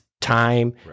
time